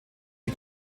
die